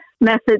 message